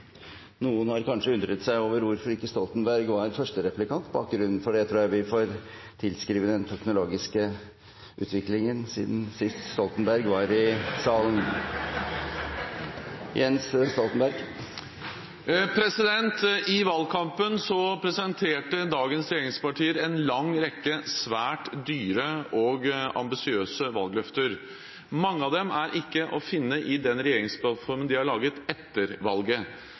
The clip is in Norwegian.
Noen har kanskje undret seg over hvorfor ikke Stoltenberg var første replikant. Bakgrunnen for det tror jeg vi får tilskrive den teknologiske utviklingen siden sist Stoltenberg var i salen. I valgkampen presenterte dagens regjeringspartier en lang rekke svært dyre og ambisiøse valgløfter. Mange av dem er ikke å finne i den regjeringsplattformen de har laget etter valget.